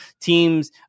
teams